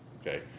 Okay